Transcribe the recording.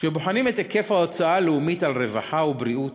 כשבוחנים את היקף ההוצאה הלאומית על רווחה ובריאות